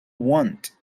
want